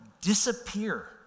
disappear